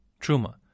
truma